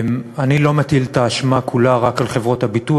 אני לא מטיל את האשמה כולה רק על חברות הביטוח.